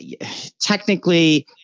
technically